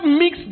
mix